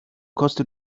kostet